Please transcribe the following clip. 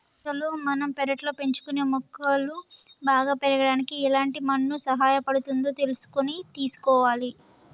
అసలు మనం పెర్లట్లో పెంచుకునే మొక్కలు బాగా పెరగడానికి ఎలాంటి మన్ను సహాయపడుతుందో తెలుసుకొని తీసుకోవాలి